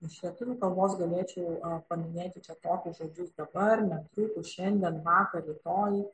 iš lietuvių kalbos galėčiau paminėti čia tokius žodžius dabar netrukus šiandien vakar rytoj